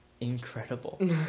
incredible